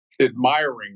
admiring